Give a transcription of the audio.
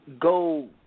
Go